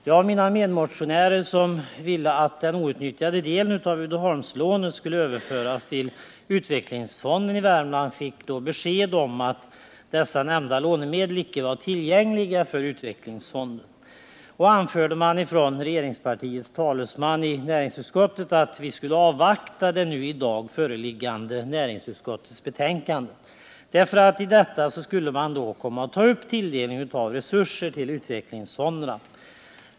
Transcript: Jag och mina medmotionärer, som ville att den outnyttjade delen av Uddeholmslånet skulle överföras till utvecklingsfonden i Värmland, fick då besked om att dessa lånemedel icke var tillgängliga för utvecklingsfonden. Regeringspartiets talesman anförde att vi skulle avvakta det nu i dag föreliggande betänkandet från näringsutskottet, för i detta skulle man ta upp tilldelningen av resurser till utvecklingsfonderna.